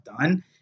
done